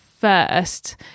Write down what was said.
first